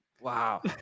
Wow